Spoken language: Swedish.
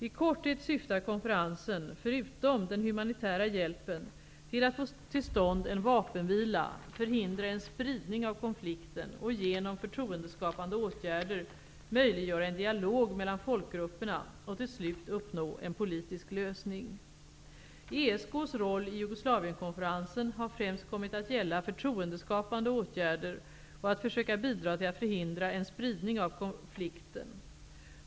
I korthet syftar konferensen, förutom den humanitära hjälpen, till att få till stånd en vapenvila, förhindra en spridning av konflikten och genom förtroendeskapande åtgärder möjliggöra en dialog mellan folkgrupperna och till slut uppnå en politisk lösning. ESK:s roll i Jugoslavienkonferensen har främst kommit att gälla förtroendeskapande åtgärder och att försöka bidra till att förhindra en spridning av konflikten.